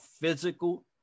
physical